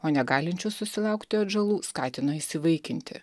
o negalinčius susilaukti atžalų skatino įsivaikinti